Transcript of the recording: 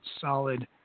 solid